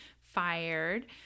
fired